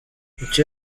icyo